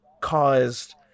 caused